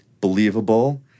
believable